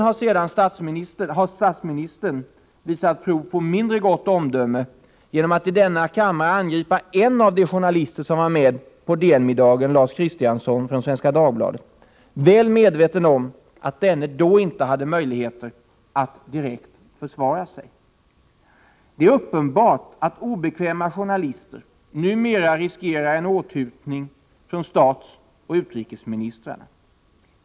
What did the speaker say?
Också statsministern har visat prov på mindre gott omdöme genom att i denna kammare angripa en av de journalister som var med på DN-middagen, Lars Christiansson från Svenska Dagbladet, väl medveten om att denne då inte hade möjlighet att direkt försvara sig. Det är uppenbart att obekväma journalister numera riskerar en åthutning från statsoch utrikesministrarna.